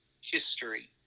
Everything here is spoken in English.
history